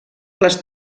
les